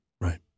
Right